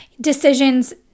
decisions